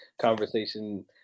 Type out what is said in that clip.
conversation